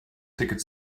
ticket